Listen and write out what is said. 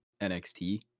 NXT